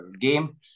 game